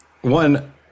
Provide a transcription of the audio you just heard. One